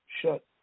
shut